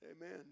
Amen